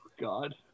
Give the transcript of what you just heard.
God